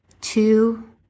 two